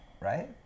Right